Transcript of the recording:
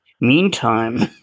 meantime